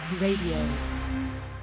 Radio